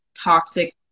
toxic